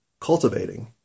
cultivating